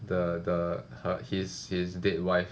the the her his his dead wife